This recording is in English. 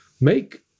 make